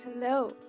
Hello